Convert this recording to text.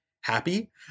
happy